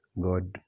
God